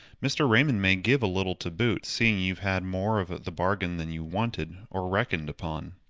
mr. raymond may give a little to boot, seeing you've had more of the bargain than you wanted or reckoned upon.